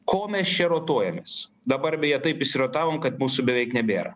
ko mes čia rotuojamės dabar beje taip įsirotavom kad mūsų beveik nebėra